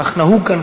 כך נהוג כאן,